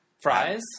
Fries